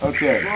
Okay